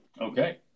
Okay